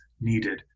needed